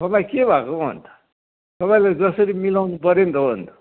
तपाईँ के भएको अन्त तपाईँले जसरी मिलाउनु पऱ्यो नि त अन्त